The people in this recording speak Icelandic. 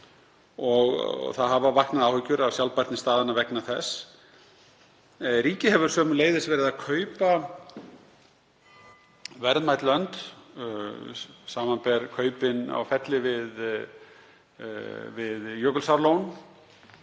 og það hafa vaknað áhyggjur af sjálfbærni staðanna vegna þess. Ríkið hefur sömuleiðis verið að kaupa verðmæt lönd, samanber kaupin á Felli við Jökulsárlón,